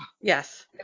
yes